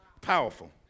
Powerful